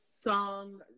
song